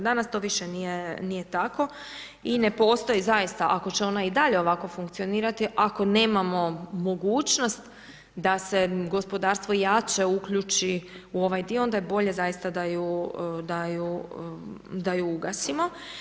Danas to više nije tako i ne postoji zaista, ako će ona i dalje ovako funkcionirati, ako nemamo mogućnost da se gospodarstvo jače uključi u ovaj dio ona je bolje zaista da ju ugasimo.